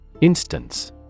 Instance